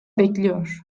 bekliyor